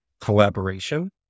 collaboration